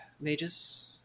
mages